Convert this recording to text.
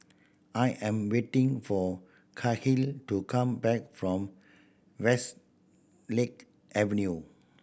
I am waiting for Kahlil to come back from Westlake Avenue